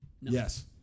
Yes